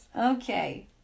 Okay